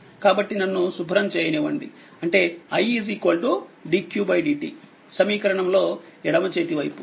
కాబట్టి నన్ను శుభ్రం చేయనివ్వండి అంటే i dq dt సమీకరణం లో ఎడమచేతివైపు